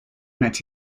met